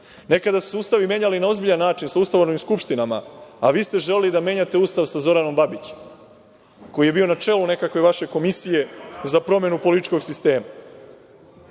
Nekada su se ustavi menjali na ozbiljan način, sa ustavotvornim skupštinama, a vi ste želeli da menjate Ustav sa Zoranom Babićem, koji je bio na čelu nekakve vaše komisije za promenu političkog sistema. Dakle,